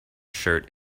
shirt